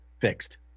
Fixed